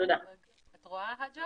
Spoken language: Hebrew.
לראות אותה.